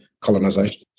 colonisation